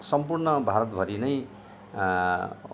सम्पूर्ण भारतभरि नै